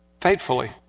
faithfully